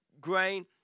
grain